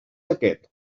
aquest